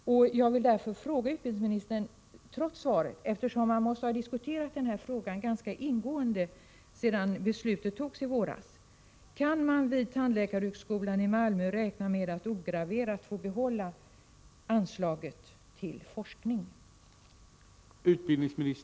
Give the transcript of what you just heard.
Trots det svar som jag fått — frågan måste ändå ha diskuterats ganska ingående sedan beslutet togs i våras — vill jag därför fråga utbildningsministern: Kan man vid tandläkarhögskolan i Malmö räkna med att få behålla anslaget för forskning ograverat?